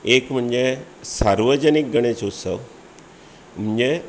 एक म्हणजे सार्वजनीक गणेश उत्सव म्हणजे